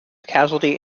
casualty